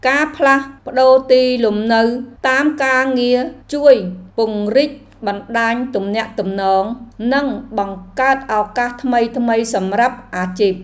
ការផ្លាស់ប្តូរទីលំនៅតាមការងារជួយពង្រីកបណ្តាញទំនាក់ទំនង និងបង្កើតឱកាសថ្មីៗសម្រាប់អាជីព។